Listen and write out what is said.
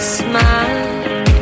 smile